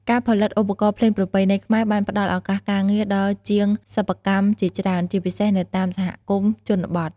ការផលិតឧបករណ៍ភ្លេងប្រពៃណីខ្មែរ បានផ្តល់ឱកាសការងារដល់ជាងសិប្បកម្មជាច្រើន ជាពិសេសនៅតាមសហគមន៍ជនបទ។